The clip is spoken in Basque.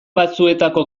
batzuetako